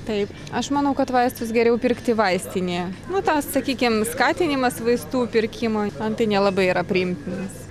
taip aš manau kad vaistus geriau pirkti vaistinėje nu tas sakykim skatinimas vaistų pirkimo man tai nelabai yra priimtinas